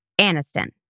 Aniston